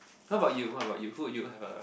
how about you how about you who would you have a